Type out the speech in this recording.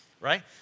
right